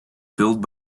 filled